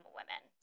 women